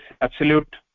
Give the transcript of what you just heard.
absolute